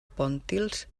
pontils